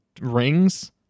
rings